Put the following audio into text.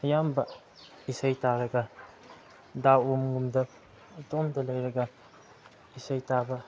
ꯑꯌꯥꯝꯕ ꯏꯁꯩ ꯇꯥꯔꯒ ꯗꯥꯔꯛ ꯔꯨꯝꯗ ꯏꯇꯣꯝꯇ ꯂꯩꯔꯒ ꯏꯁꯩ ꯇꯥꯕ